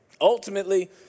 ultimately